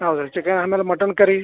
ಹೌದ ಚಿಕ ಆಮೇಲೆ ಮಟನ್ ಕರಿ